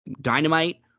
Dynamite